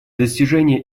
достижения